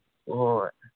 ꯍꯣꯏ